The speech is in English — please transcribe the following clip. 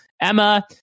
Emma